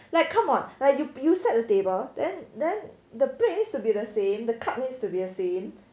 like come on like you you set the table then then the plate needs to be the same the cup needs to be the same